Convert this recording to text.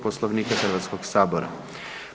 Poslovnika HS-a.